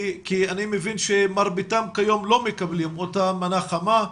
כי אני מבין שמרביתם כיום לא מקבלים את אותה מנה חמה.